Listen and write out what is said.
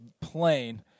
plain